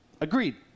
Agreed